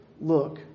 look